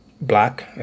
black